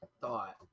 thought